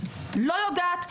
לא יודעת,